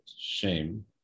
shame